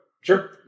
sure